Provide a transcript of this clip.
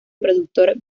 productor